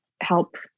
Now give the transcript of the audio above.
help